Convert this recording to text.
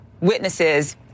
witnesses